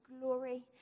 glory